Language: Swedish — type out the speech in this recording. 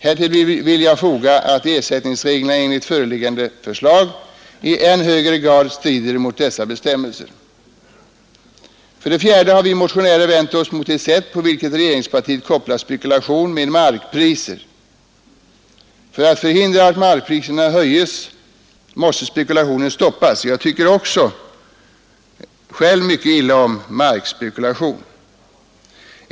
Härtill vill jag foga att ersättningsreglerna enligt föreliggande förslag i än högre grad strider mot dessa bestämmelser. Vi motionärer har vänt oss mot det sätt på vilket regeringspartiet kopplar spekulation med markpriser. För att förhindra att markpriserna höjs måste spekulationen stoppas! Jag tycker själv mycket illa om markspekulation.